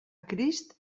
crist